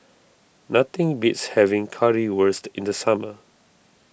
nothing beats having Currywurst in the summer